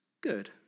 good